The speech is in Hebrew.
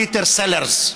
פיטר סלרס,